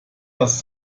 das